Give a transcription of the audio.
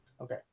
Okay